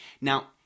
Now